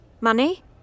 Money